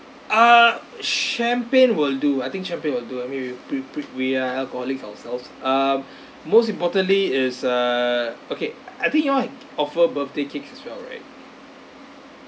uh champagne will do I think champagne will do I mean we we we we are alcoholics ourselves ah most importantly is err okay I think you all have offer birthday cakes as well right